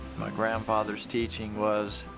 my grandfather's teaching was,